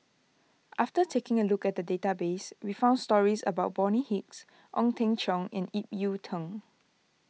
after taking a look at the database we found stories about Bonny Hicks Ong Teng Cheong and Ip Yiu Tung